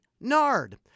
Nard